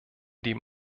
dem